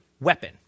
weapon